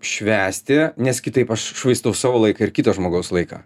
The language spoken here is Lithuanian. švęsti nes kitaip aš švaistau savo laiką ir kito žmogaus laiką